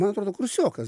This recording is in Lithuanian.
man atrodo kursiokas